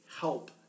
help